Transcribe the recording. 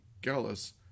Gallus